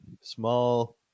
small